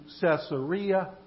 Caesarea